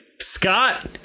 Scott